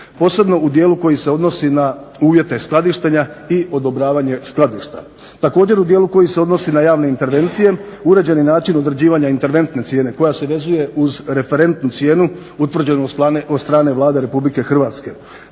posebno u dijelu koji se odnosi na uvjete skladištenja i odobravanje skladišta. Također u dijelu koji se odnosi na javne intervencije uređeni način određivanja interventne cijene koja se vezuje uz referentnu cijenu utvrđenu od strane Vlade Republike Hrvatske,